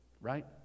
right